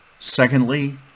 Secondly